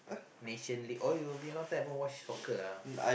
Nation League oh you be long time never watch soccer ah